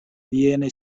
viena